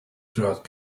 throughout